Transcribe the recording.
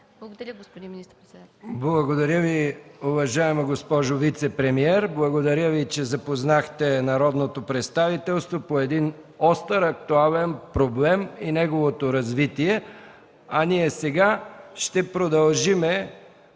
Благодаря Ви, уважаема госпожо вицепремиер. Благодаря Ви, че запознахте народното представителство по един остър, актуален проблем и неговото развитие, а ние сега ще продължим